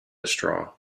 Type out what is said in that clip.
straw